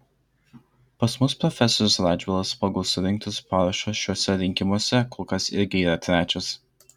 pas mus profesorius radžvilas pagal surinktus parašus šiuose rinkimuose kol kas irgi yra trečias